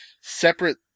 separate